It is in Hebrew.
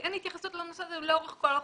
כי אין התייחסות לזה לאורך כל החוק.